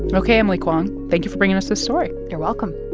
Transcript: ok, emily kwong, thank you for bringing us this story you're welcome